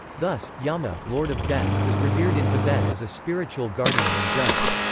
thus, yama, lord of death, was revered in tibet as a spiritual guardian and judge.